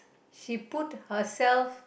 she put herself